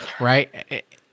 right